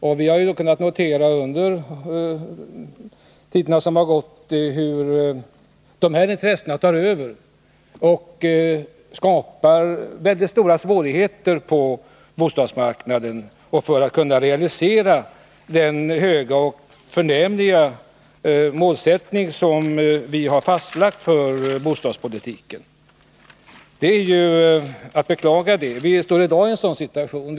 Under den tid som gått har vi också kunnat notera hur dessa intressen tar över och skapar mycket stora svårigheter på bostadsmarknaden när det gäller att realisera de höga mål som vi har fastställt för bostadspolitiken, vilket är att beklaga. Idag har vi en sådan situation.